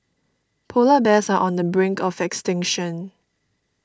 Polar Bears are on the brink of extinction